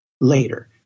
later